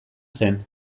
zen